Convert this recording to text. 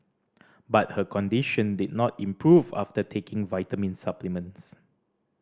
but her condition did not improve after taking vitamin supplements